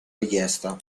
richiesta